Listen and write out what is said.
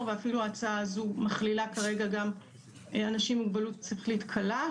ואפילו ההצעה הזו מכלילה כרגע גם אנשים עם מוגבלות שכלית קלה,